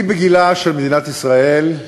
אני בגילה של מדינת ישראל,